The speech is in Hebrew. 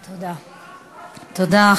תודה, תודה.